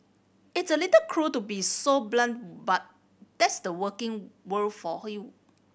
it's a little cruel to be so blunt but that's the working world for you